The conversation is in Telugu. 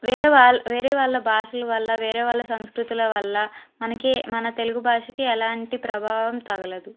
వేరే వా వేరే వాళ్ళ భాషల వల్ల వేరే వాళ్ళ సాంస్కృతుల వల్ల మనకి మన తెలుగు భాషకి ఎలాంటి ప్రభావం తగలదు